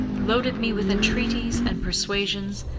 loaded me with entreaties and persuasions,